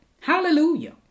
Hallelujah